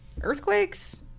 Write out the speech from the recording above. Earthquakes